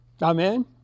Amen